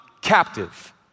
captive